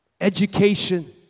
education